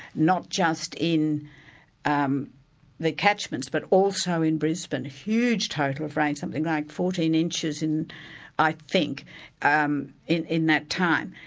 not just in um the catchments, but also in brisbane, huge total of rain, something like fourteen inches, i think um in in that time.